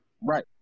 Right